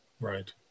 Right